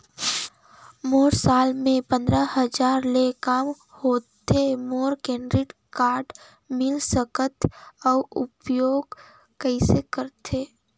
मोर साल मे पंद्रह हजार ले काम होथे मोला क्रेडिट कारड मिल सकथे? अउ उपयोग कइसे करथे?